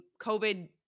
COVID